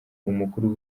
umukuru